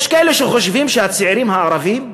יש כאלה שחושבים שהצעירים הערבים,